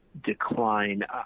decline